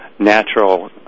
Natural